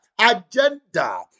agenda